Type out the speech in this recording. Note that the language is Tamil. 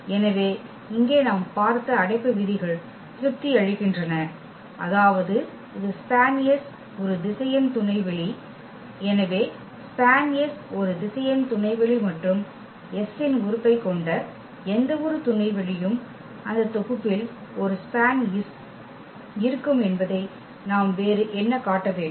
எனவே இங்கே நாம் பார்த்த அடைப்பு விதிகள் திருப்தி அளிக்கின்றன அதாவது இது SPAN ஒரு திசையன் துணைவெளி எனவே SPAN ஒரு திசையன் துணைவெளி மற்றும் S இன் உறுப்பைக் கொண்ட எந்தவொரு துணைவெளியும் அந்த தொகுப்பில் ஒரு SPAN இருக்கும் என்பதை நாம் வேறு என்ன காட்ட வேண்டும்